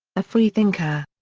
a freethinker.